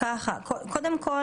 --- קודם כל